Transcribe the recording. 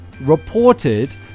reported